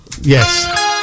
Yes